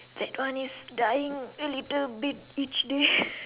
that one is dying a little bit each day